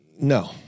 no